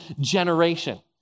generation